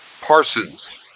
Parsons